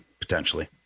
potentially